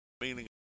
meaning